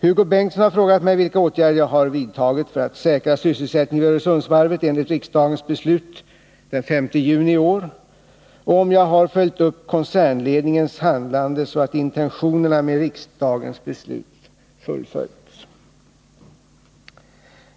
Hugo Bengtsson har frågat mig vilka åtgärder jag har vidtagit för att säkra sysselsättningen vid Öresundsvarvet enligt riksdagens beslut den 5 juni i år och om jag har följt upp koncernledningens handlande så att intentionerna med riksdagens beslut fullföljs.